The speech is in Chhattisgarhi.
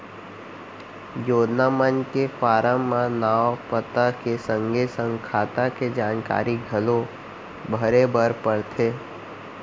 योजना मन के फारम म नांव, पता के संगे संग खाता के जानकारी घलौ भरे बर परथे